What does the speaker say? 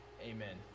amen